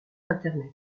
internet